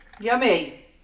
Yummy